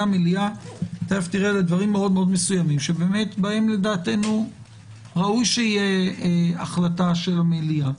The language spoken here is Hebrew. המליאה לדברים מאוד מסוימים שבהם לדעתנו ראוי שתהיה החלטת המליאה.